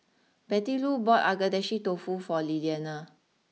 Bettylou bought Agedashi Dofu for Liliana